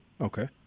okay